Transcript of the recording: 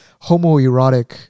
homoerotic